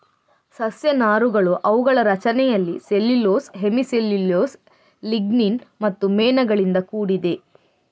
ಸಸ್ಯ ನಾರುಗಳು ಅವುಗಳ ರಚನೆಯಲ್ಲಿ ಸೆಲ್ಯುಲೋಸ್, ಹೆಮಿ ಸೆಲ್ಯುಲೋಸ್, ಲಿಗ್ನಿನ್ ಮತ್ತು ಮೇಣಗಳಿಂದ ಕೂಡಿದೆ